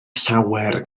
llawer